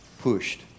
pushed